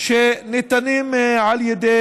שניתנים על ידי